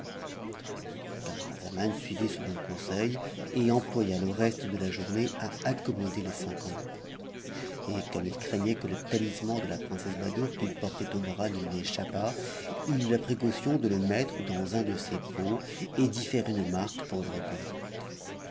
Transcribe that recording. camaralzaman suivit ce bon conseil et employa le reste de la journée à accommoder les cinquante pots et comme il craignait que le talisman de la princesse badoure qu'il portait au bras ne lui échappât il eut la précaution de le mettre dans un de ces pots et d'y faire une marque pour le reconnaître